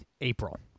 April